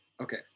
Okay